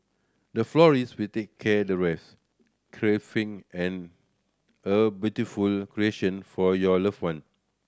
the florist will take care the rest a beautiful creation for your loved one